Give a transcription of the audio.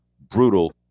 brutal